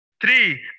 Three